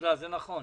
זה נכון.